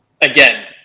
again